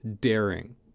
daring